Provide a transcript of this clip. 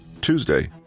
Tuesday